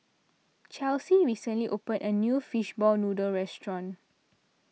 Chelsi recently opened a new Fishball Noodle restaurant